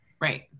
Right